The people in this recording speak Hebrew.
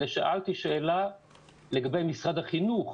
אלא שאלתי שאלה לגבי משרד החינוך,